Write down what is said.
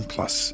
Plus